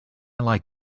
like